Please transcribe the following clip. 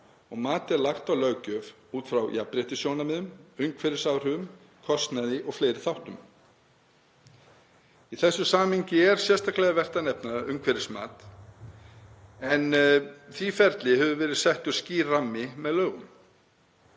og mat er lagt á löggjöf út frá jafnréttissjónarmiðum, umhverfisáhrifum, kostnaði og fleiri þáttum. Í þessu samhengi er sérstaklega vert að nefna umhverfismat en því ferli hefur verið settur skýr rammi með lögum.